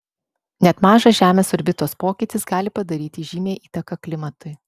net mažas žemės orbitos pokytis gali padaryti žymią įtaką klimatui